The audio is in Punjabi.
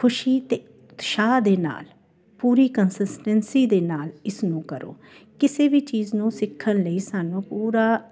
ਖੁਸ਼ੀ ਅਤੇ ਉਤਸ਼ਾਹ ਦੇ ਨਾਲ ਪੂਰੀ ਕੰਸਿਸਟੈਂਸੀ ਦੇ ਨਾਲ ਇਸਨੂੰ ਕਰੋ ਕਿਸੇ ਵੀ ਚੀਜ਼ ਨੂੰ ਸਿੱਖਣ ਲਈ ਸਾਨੂੰ ਪੂਰਾ